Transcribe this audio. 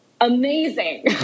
amazing